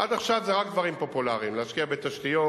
היו בישראל כ-300,000 חולי סוכרת,